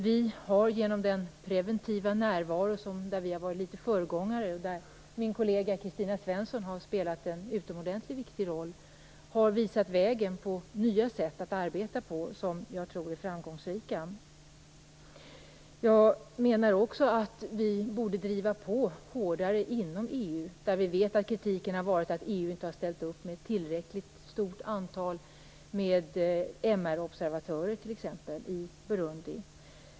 Vi har genom en preventiv närvaro, där vi har varit litet av föregångare och där min kollega Kristina Svensson har spelat en utomordentligt viktig roll, visat vägen mot nya och, som jag tror, framgångsrika sätt att arbeta. Jag menar också att vi borde driva på hårdare inom EU, där vi vet att kritik riktats mot att EU inte har ställt upp med t.ex. tillräckligt stort antal MR observatörer i Burundi.